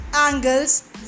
angles